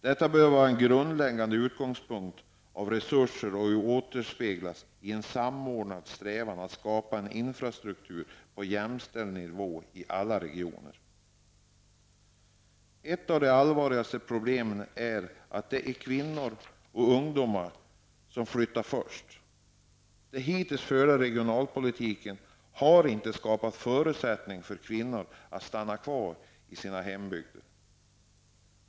Detta bör vara en grundläggande utgångspunkt när det gäller resurser och den bör återspeglas i en samordnad strävan att skapa en infrastruktur på jämställd nivå i alla regioner. Ett av de allvarligaste problemen är att det är kvinnor och ungdomar som flyttar först. Den hittills förda regionalpolitiken har inte skapat förutsättningar för kvinnor att stanna kvar i deras hembygder.